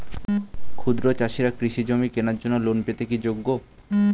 ক্ষুদ্র চাষিরা কৃষিজমি কেনার জন্য লোন পেতে কি যোগ্য?